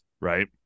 right